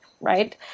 right